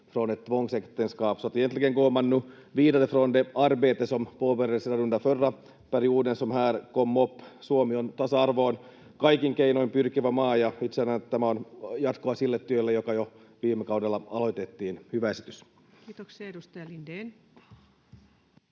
Sitten edustaja Lindénin